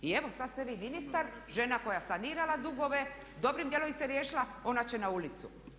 I evo sad ste vi ministar, žena koja je sanirala dugove dobrim dijelom ih se riješila ona će na ulicu.